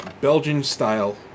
Belgian-style